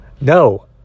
no